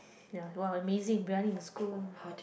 ya !wow! amazing briyani the school